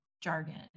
jargon